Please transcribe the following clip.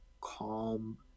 calm